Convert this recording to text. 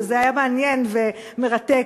וזה היה מעניין ומרתק,